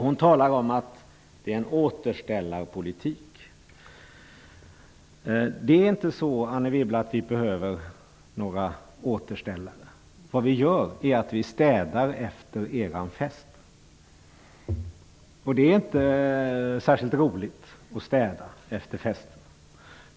Hon talar om att det är en återställarpolitik. Det är inte så, Anne Wibble, att vi behöver några återställare. Vad vi gör är att vi städar efter er fest. Det är inte särskilt roligt att städa efter fester.